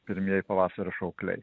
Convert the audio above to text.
pirmieji pavasario šaukliai